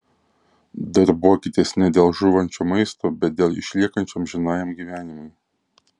darbuokitės ne dėl žūvančio maisto bet dėl išliekančio amžinajam gyvenimui